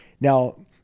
Now